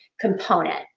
component